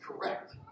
correct